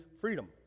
freedom